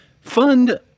fund